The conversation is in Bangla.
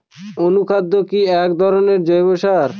অনুখাদ্য কি এক ধরনের জৈব সার?